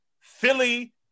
Philly